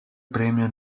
premio